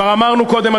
כבר אמרנו קודם,